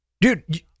Dude